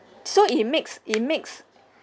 so it makes it makes